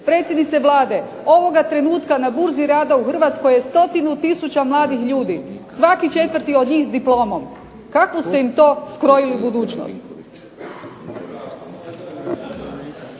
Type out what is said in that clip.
Predsjednice Vlade, ovoga trenutka na burzi rada u Hrvatskoj je stotinu tisuća mladih ljudi. Svaki četvrti od njih s diplomom. Kakvu ste im to skrojili budućnost?